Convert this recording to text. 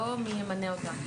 לא מי ימנה אותה.